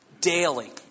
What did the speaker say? daily